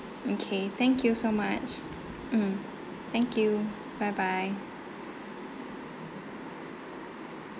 okay thank you so much mm thank you bye bye